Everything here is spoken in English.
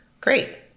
Great